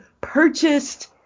purchased